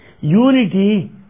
Unity